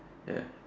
yes